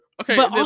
Okay